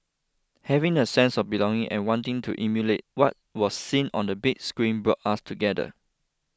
having a sense of belonging and wanting to emulate what was seen on the big screen brought us together